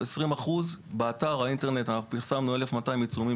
20%. באתר האינטרנט פרסמנו 1,200 עיצומים